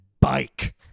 bike